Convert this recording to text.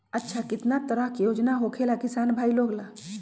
अच्छा कितना तरह के योजना होखेला किसान भाई लोग ला?